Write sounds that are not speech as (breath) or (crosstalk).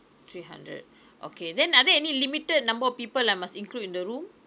three hundred (breath) okay then are there any limited number of people I must include in the room